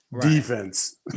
defense